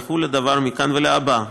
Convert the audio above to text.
יחול הדבר מכאן ולהבא,